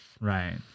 right